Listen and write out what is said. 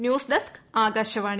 news desk Akashvani